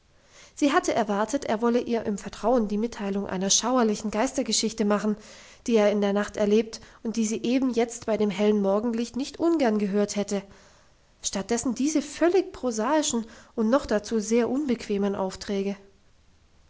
sie hatte erwartet er wolle ihr im vertrauen die mitteilung einer schauerlichen geistergeschichte machen die er in der nacht erlebt und die sie eben jetzt bei dem hellen morgenlicht nicht ungern gehört hätte stattdessen diese völlig prosaischen und dazu noch sehr unbequemen aufträge